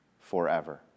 Forever